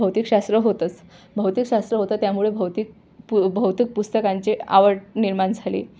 भौतिकशास्त्र होतंच भौतिकशास्त्र होतं त्यामुळे भौतिक पु भौतिक पुस्तकांची आवड निर्माण झाली